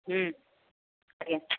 ଆଜ୍ଞା